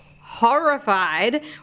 horrified